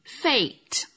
fate